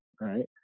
right